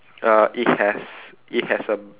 uh it has it has um